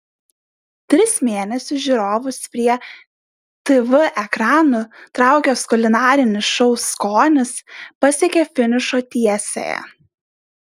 tris mėnesius žiūrovus prie tv ekranų traukęs kulinarinis šou skonis pasiekė finišo tiesiąją